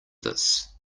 this